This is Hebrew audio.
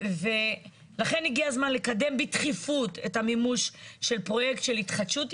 לכן הגיע הזמן לקדם בדחיפות את המימוש של פרוייקט של התחדשות עירונית,